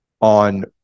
on